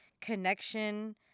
connection